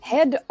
Head